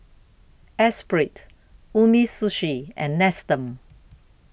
Espirit Umisushi and Nestum